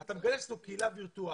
אתה מגייס פה קהילה וירטואלית,